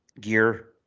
gear